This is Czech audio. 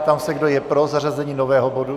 Ptám se, kdo je pro zařazení nového bodu